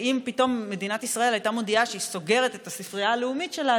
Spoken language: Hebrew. שאם פתאום מדינת ישראל הייתה מודיעה שהיא סוגרת את הספרייה הלאומית שלה,